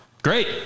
Great